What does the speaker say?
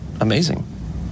amazing